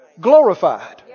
Glorified